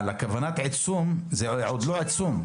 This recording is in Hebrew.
כוונת עיצום זה עוד לא עיצום.